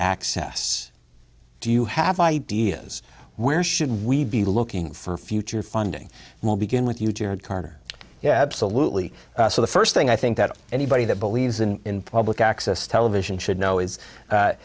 access do you have ideas where should we be looking for future funding will begin with you jared carter yeah absolutely so the first thing i think that anybody that believes in public access television should know